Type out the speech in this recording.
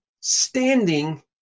standing